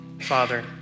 Father